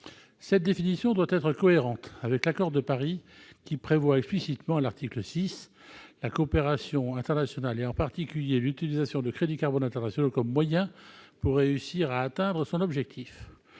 Cette définition doit être cohérente avec l'accord de Paris, dont l'article 6 prévoit explicitement la coopération internationale, et en particulier l'utilisation de crédits carbone internationaux comme moyen pour réussir à atteindre son objectif.